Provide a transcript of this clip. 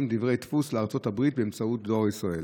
ודברי דפוס לארצות הברית באמצעות דואר ישראל.